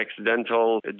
accidental